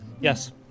Yes